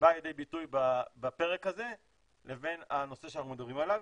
שבאה לידי ביטוי בפרק הזה לבין הנושא שאנחנו מדברים עליו.